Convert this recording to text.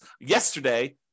yesterday